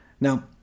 Now